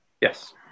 Yes